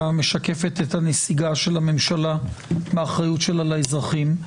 משקפת את הנסיגה של הממשלה מהאחריות שלה לאזרחים,